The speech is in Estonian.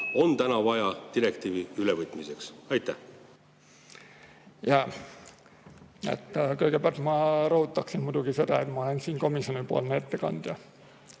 on täna vaja direktiivi ülevõtmiseks? Aitäh! Kõigepealt ma rõhutaksin muidugi seda, et ma olen siin komisjoni ettekandja